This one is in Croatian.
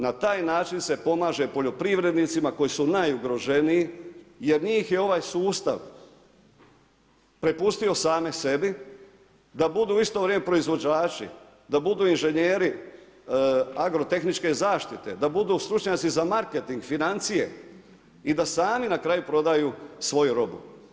Na taj način se pomaže poljoprivrednicima koji su najugroženiji, jer njih je ovaj sustav prepustio same sebi da budu u isto vrijeme proizvođači, da budu inženjeri agrotehničke zaštite, da budu stručnjaci za marketing, financije i da sami na kraju prodaju svoju robu.